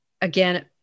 Again